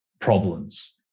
problems